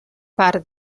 part